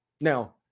Now